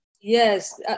yes